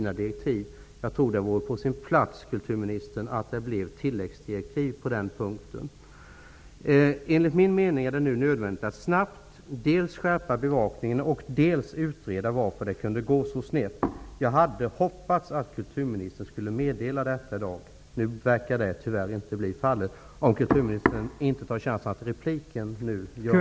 Jag tror att det vore på sin plats, kulturministern, att det blev ett tilläggsdirektiv på den punkten. Enligt min mening är det nu nödvändigt att snabbt dels skärpa bevakningen, dels utreda varför det kunde gå så snett. Jag hade hoppats att kulturministern skulle meddela detta i dag. Nu verkar det tyvärr inte bli fallet, såvida inte kulturministern tar chansen att i repliken göra detta.